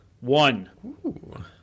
One